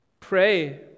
Pray